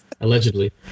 allegedly